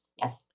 Yes